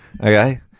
Okay